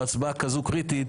בהצבעה כזו קריטית,